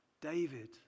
David